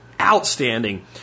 outstanding